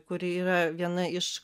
kuri yra viena iš